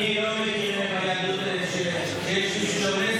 אני לא מכיר ביהדות שיש מישהו שאונס